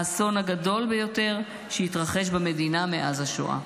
האסון הגדול ביותר שהתרחש במדינה מאז השואה.